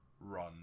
run